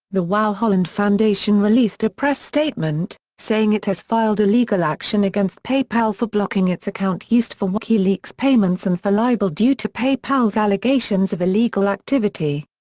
the wau holland foundation released a press statement, saying it has filed a legal action against paypal for blocking its account used for wikileaks payments and for libel due to paypal's allegations of illegal activity.